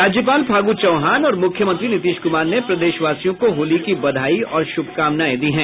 राज्यपाल फागू चौहान और मुख्यमंत्री नीतीश कुमार ने प्रदेशवासियों को होली की बधाई और शुभकामनाएं दी हैं